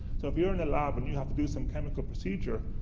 so, if you're in a lab and you have to do some chemical procedure,